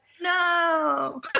no